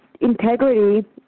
Integrity